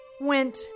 went